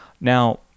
Now